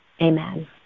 Amen